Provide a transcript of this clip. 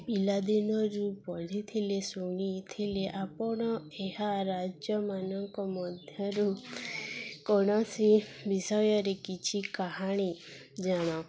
ପିଲାଦିନରୁ ପଢ଼ିଥିଲେ ଶୁଣିଥିଲେ ଆପଣ ଏହା ରାଜ୍ୟମାନଙ୍କ ମଧ୍ୟରୁ କୌଣସି ବିଷୟରେ କିଛି କାହାଣୀ ଜାଣ